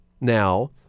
now